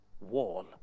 wall